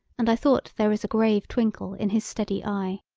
and i thought there was a grave twinkle in his steady eye.